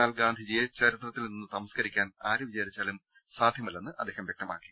എന്നാൽ ഗാന്ധിജിയെ ചരിത്രത്തിൽ നിന്ന് തമസ്കരിക്കാൻ ആരു വിചാരിച്ചാലും സാധ്യമല്ലെന്നും അദ്ദേഹം വൃക്തമാക്കി